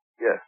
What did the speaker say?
Yes